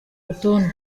rutonde